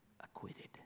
Acquitted